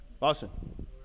Lawson